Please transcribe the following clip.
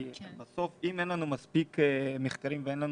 כי, בסוף, אם אין לנו מספיק מחקרים וספרות,